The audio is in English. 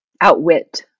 outwit